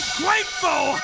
grateful